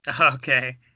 okay